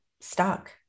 stuck